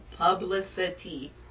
Publicity